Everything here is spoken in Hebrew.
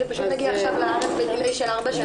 זה פשוט מגיע עכשיו לארץ בדיליי של ארבע שנים.